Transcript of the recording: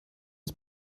ist